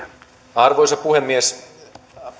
arvoisa puhemies